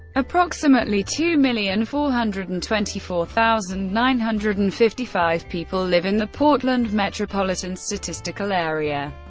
approximately two million four hundred and twenty four thousand nine hundred and fifty five people live in the portland metropolitan statistical area,